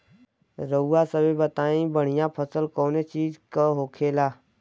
रउआ सभे बताई बढ़ियां फसल कवने चीज़क होखेला?